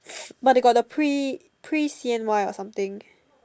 but they got the pre pre C_N_Y or something